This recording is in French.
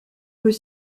peut